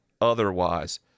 otherwise